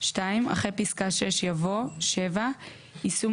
; (2) אחרי פסקה (6) יבוא: "(7) יישום